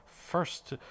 first